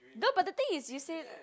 don't but the thing is you say